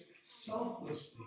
selflessly